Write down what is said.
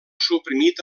suprimit